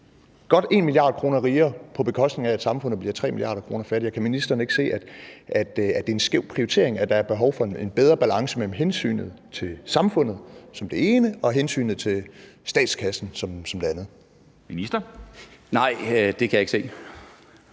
godt 1 mia. kr. rigere, på bekostning af at samfundet bliver 3 mia. kr. fattigere? Kan ministeren ikke se, at det er en skæv prioritering, og at der er behov for en bedre balance mellem hensynet til samfundet som det ene og hensynet til statskassen som det andet? Kl. 13:29 Formanden (Henrik Dam